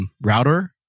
router